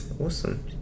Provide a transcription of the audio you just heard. awesome